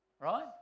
Right